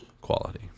Quality